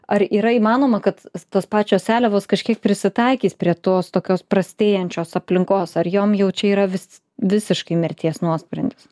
ar yra įmanoma kad tos pačios seliavos kažkiek prisitaikys prie tos tokios prastėjančios aplinkos ar jom jau čia yra vis visiškai mirties nuosprendis